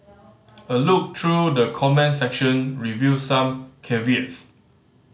a look through the comments section revealed some caveats